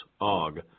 Og